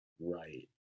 right